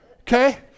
Okay